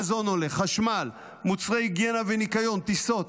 מזון עולה, חשמל, מוצרי היגיינה וניקיון, טיסות.